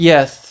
Yes